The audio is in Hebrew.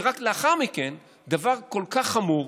ורק לאחר מכן דבר כל כך חמור,